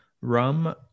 rum